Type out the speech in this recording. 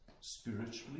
spiritually